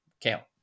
count